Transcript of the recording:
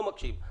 לא מקשיב,